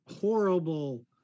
horrible